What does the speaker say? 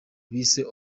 bise